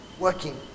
Working